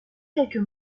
quelques